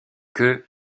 que